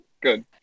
good